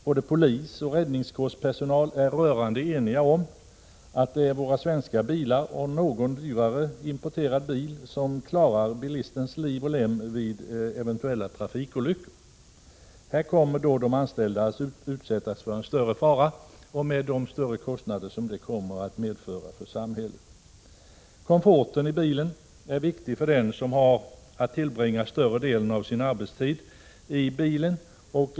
Både polis och räddningskårspersonal är rörande eniga om att det är våra svenska bilar och någon dyrare importerad bil som klarar bilistens liv och lem vid svåra trafikolyckor. De anställda kommer att utsättas för en större fara, vilket medför ökade kostnader för samhället. För det tredje är komforten i bilen viktig för den som tillbringar större delen av sin arbetsdag i bilen.